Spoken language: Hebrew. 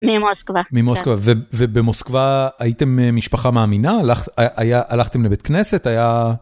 ממוסקבה. ממוסקבה. ובמוסקבה הייתם משפחה מאמינה? הלכתם לבית כנסת? היה...